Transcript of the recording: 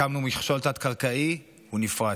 הקמנו מכשול תת-קרקעי, הוא נפרץ,